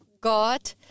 god